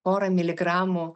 porą miligramų